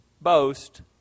boast